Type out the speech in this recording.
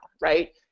right